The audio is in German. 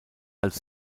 als